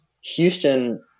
Houston